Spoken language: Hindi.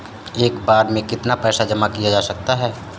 एक बार में कितना पैसा जमा किया जा सकता है?